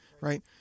right